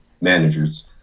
managers